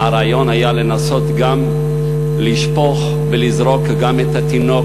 והרעיון לנסות גם לשפוך ולזרוק גם את התינוק